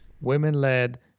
women-led